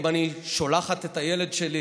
אם אני שולחת את הילד שלי